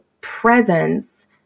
presence